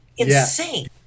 insane